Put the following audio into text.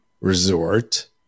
Resort